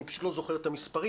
אני פשוט לא זוכר את המספרים,